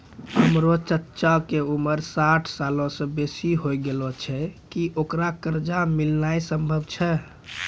हमरो चच्चा के उमर साठ सालो से बेसी होय गेलो छै, कि ओकरा कर्जा मिलनाय सम्भव छै?